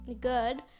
good